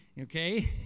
okay